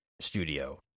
studio